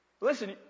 Listen